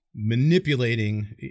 manipulating